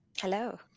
Hello